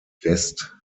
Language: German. west